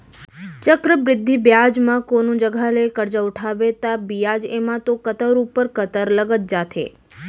चक्रबृद्धि बियाज म कोनो जघा ले करजा उठाबे ता बियाज एमा तो कंतर ऊपर कंतर लगत जाथे